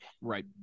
Right